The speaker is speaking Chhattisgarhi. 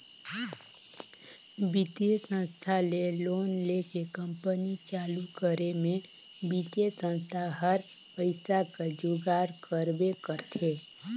बित्तीय संस्था ले लोन लेके कंपनी चालू करे में बित्तीय संस्था हर पइसा कर जुगाड़ करबे करथे